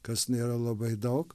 kas nėra labai daug